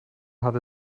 hat